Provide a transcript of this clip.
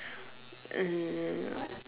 um